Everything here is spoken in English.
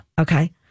Okay